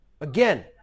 Again